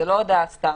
זו לא הודעה סתם,